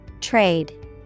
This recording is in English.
Trade